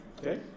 Okay